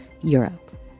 Europe